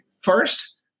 First